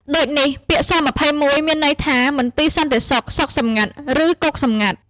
ដូចនេះ ពាក្យ ស.២១ នោះមានន័យថា មន្ទីរសន្តិសុខសុខសម្ងាត់ ឬគុកសម្ងាត់។